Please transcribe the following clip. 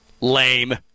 lame